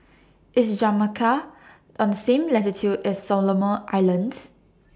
IS Jamaica on same latitude as Solomon Islands